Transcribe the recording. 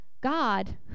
God